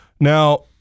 Now